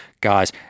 Guys